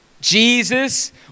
Jesus